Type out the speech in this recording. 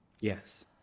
Yes